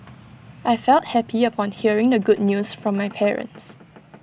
I felt happy upon hearing the good news from my parents